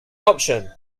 option